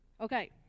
Okay